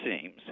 seems